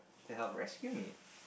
to help rescue me